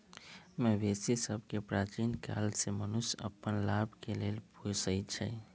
मवेशि सभके प्राचीन काले से मनुष्य अप्पन लाभ के लेल पोसइ छै